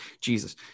Jesus